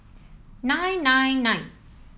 nine nine nine